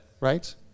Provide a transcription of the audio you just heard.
Right